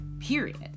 period